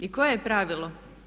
I koje je pravilo?